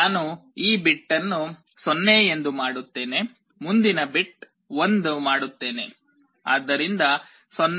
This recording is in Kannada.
ನಾನು ಈ ಬಿಟ್ ಅನ್ನು 0 ಎಂದು ಮಾಡುತ್ತೇನೆ ಮುಂದಿನ ಬಿಟ್ 1 ಅನ್ನು ಮಾಡುತ್ತೇನೆ ಆದ್ದರಿಂದ 0 1 0 0